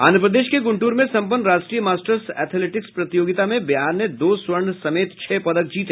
आंध्र प्रदेश के गुंटूर में सम्पन्न राष्ट्रीय मास्टर्स ऐथिलेटिक्स प्रतियोगिता में बिहार ने दो स्वर्ण समेत छह पदक जीते